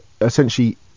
essentially